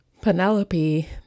Penelope